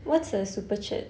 what's a super chat